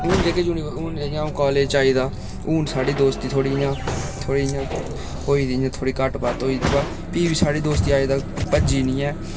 हून जेह्के यू हून जि'यां कालेज च आई दा हून साढ़ी दोस्ती थोह्ड़ी इ'यां थोह्ड़ी इ'यां होई गेदी घट्ट बद्ध होई दी बा भी बी साढ़ी दोस्ती अज्ज तक्कर भज्जी निं ऐ